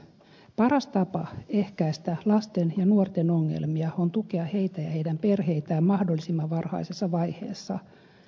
paras tapa ehkäistä lasten ja nuorten ongelmia on tukea heitä ja heidän perheitään mahdollisimman varhaisessa vaiheessa